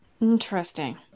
interesting